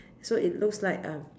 so it looks like um